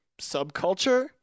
subculture